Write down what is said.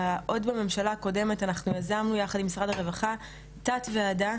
עוד בממשלה הקודמת אנחנו יזמנו יחד עם משרד הרווחה תת ועדה